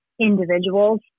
individuals